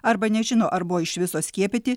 arba nežino ar buvo iš viso skiepyti